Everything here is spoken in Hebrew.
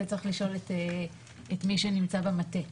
זה צריך לשאול את מי שנמצא במטה.